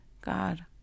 God